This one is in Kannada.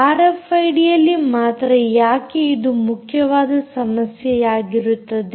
ಆರ್ಎಫ್ಐಡಿಯಲ್ಲಿ ಮಾತ್ರ ಯಾಕೆ ಇದು ಮುಖ್ಯವಾದ ಸಮಸ್ಯೆಯಾಗಿರುತ್ತದೆ